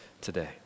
today